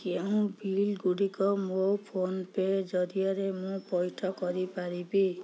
କେଉଁ ବିଲ୍ ଗୁଡ଼ିକ ମୋ ଫୋନ୍ ପେ ଜରିଆରେ ମୁଁ ପଇଠ କରିପାରିବି